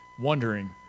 wondering